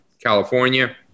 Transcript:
California